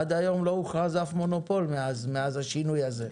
עד היום לא הוכרז אף מונופול מאז השינוי הזה.